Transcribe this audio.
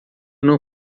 não